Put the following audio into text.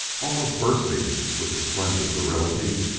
almost bursting with a splendid virility,